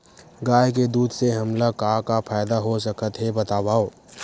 गाय के दूध से हमला का का फ़ायदा हो सकत हे बतावव?